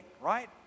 Right